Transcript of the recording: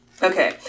Okay